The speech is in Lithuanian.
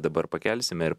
dabar pakelsime ir